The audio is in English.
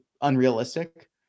unrealistic